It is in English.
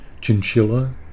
chinchilla